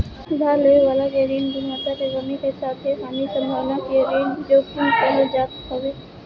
उधार लेवे वाला के ऋण गुणवत्ता में कमी के साथे हानि के संभावना के ऋण जोखिम कहल जात हवे